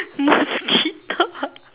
mosquito